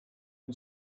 who